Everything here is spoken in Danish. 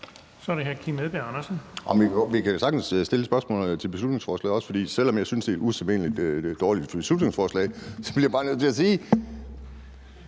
Kl. 15:15 Kim Edberg Andersen (NB): Vi kan sagtens også stille spørgsmål om beslutningsforslaget, for selv om jeg synes, at det er et usædvanlig dårligt beslutningsforslag, bliver jeg bare nødt til at spørge,